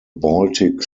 baltic